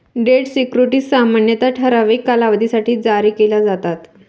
date securities सामान्यतः ठराविक कालावधीसाठी जारी केले जातात